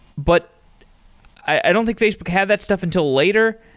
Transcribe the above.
but i don't think facebook had that stuff until later.